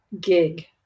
gig